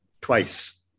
twice